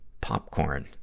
popcorn